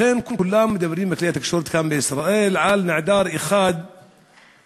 כולם מדברים בכלי התקשורת כאן בישראל על נעדר אחד בעזה,